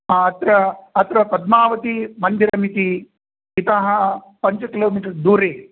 अत्र अत्र पद्मावतिमन्दिरमिति इतः पञ्चकिलोमीटर् दूरे